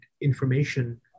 information